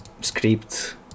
script